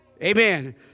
Amen